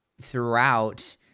throughout